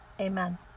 Amen